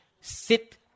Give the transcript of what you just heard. sit